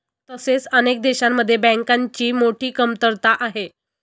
तसेच अनेक देशांमध्ये बँकांची मोठी कमतरता आहे